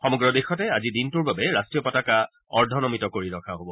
সমগ্ৰ দেশতে আজি দিনটোৰ বাবে ৰাষ্ট্ৰীয় পতাকা অৰ্ধনমিত কৰি ৰখা হ'ব